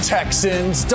Texans